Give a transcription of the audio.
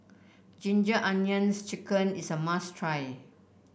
Ginger Onions chicken is a must try